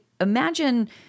imagine